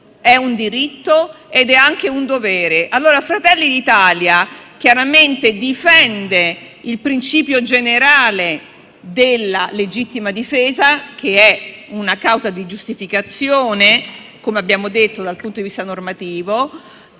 è un diritto ed è anche un dovere. Fratelli d'Italia chiaramente difende il principio generale della legittima difesa, che è una causa di giustificazione - come abbiamo detto - dal punto di vista normativo,